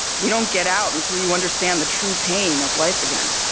you don't get out until you understand the true pain of life again